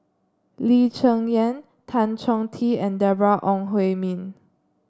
Lee Cheng Yan Tan Chong Tee and Deborah Ong Hui Min